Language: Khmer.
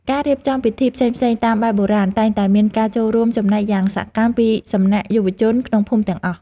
ការរៀបចំពិធីផ្សេងៗតាមបែបបុរាណតែងតែមានការចូលរួមចំណែកយ៉ាងសកម្មពីសំណាក់យុវជនក្នុងភូមិទាំងអស់។